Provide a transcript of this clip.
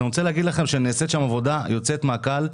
אני רוצה להגיד לכם שנעשית שם עבודה יוצאת מהכלל.